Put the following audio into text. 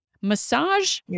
massage